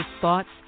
thoughts